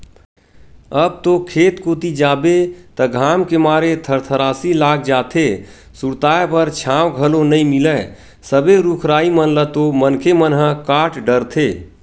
अब तो खेत कोती जाबे त घाम के मारे थरथरासी लाग जाथे, सुरताय बर छांव घलो नइ मिलय सबे रुख राई मन ल तो मनखे मन ह काट डरथे